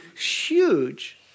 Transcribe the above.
huge